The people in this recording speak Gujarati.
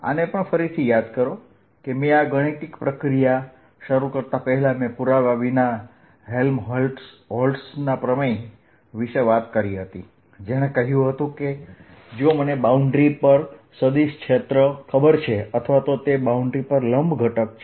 આને પણ ફરીથી યાદ કરો મેં આ ગાણિતિક પ્રક્રિયા શરૂ કરતા પહેલાં મેં પુરાવા વિના હેલ્મહોલ્ટ્ઝના પ્રમેય Helmholtz's theorem વિશે વાત કરી હતી જેણે કહ્યું હતું કે જો મને બાઉન્ડ્રી પર સદિશ ક્ષેત્ર ખબર છે અથવા તો તે બાઉન્ડ્રી પર લંબ ઘટક છે